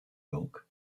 york